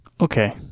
Okay